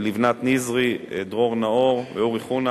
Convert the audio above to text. לבנת נזרי, דרור נאור ואורי חונה,